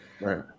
Right